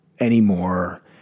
anymore